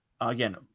again